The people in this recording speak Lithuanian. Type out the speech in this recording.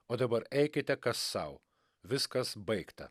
o dabar eikite kas sau viskas baigta